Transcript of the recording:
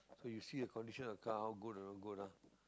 so you see the condition of the car how or not good ah